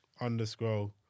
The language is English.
underscore